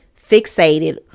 fixated